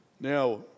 Now